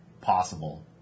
possible